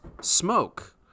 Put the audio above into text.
smoke